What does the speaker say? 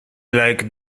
like